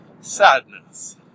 Sadness